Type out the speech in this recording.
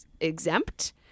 exempt